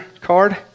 card